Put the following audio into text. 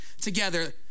together